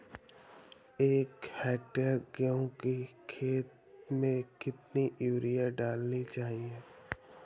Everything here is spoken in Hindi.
एक हेक्टेयर गेहूँ की खेत में कितनी यूरिया डालनी चाहिए?